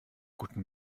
guten